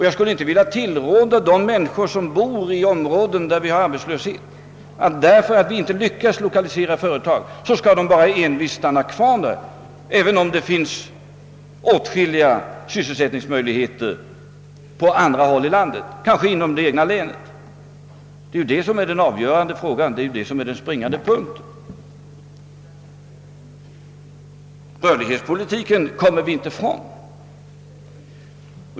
Jag skulle inte vilja tillråda de människor som bor i områden där det råder arbetslöshet att, när vi inte har lyckats lokalisera företag dit, bara envist stanna kvar på orten, även om det finns sysselsättningsmöjligheter på andra håll i landet, kanske till och med inom det egna länet. Det är ju detta som är den springande punkten. Rörlighetspolitiken kan vi inte undvara.